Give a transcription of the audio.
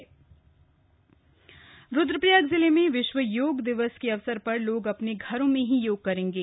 योग दिवस रुद्वप्रयाग रुद्रप्रयाग जिले में विश्व योग दिवस के अवसर पर लोग अपने घरों में ही योग करेंगे